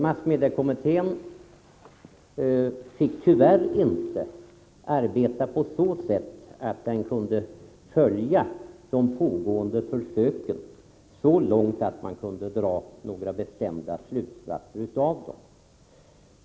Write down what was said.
Massmediekommittén fick tyvärr inte arbeta på så sätt att den kunde följa de pågående försöken så långt att några bestämda slutsatser kunde dras av dem.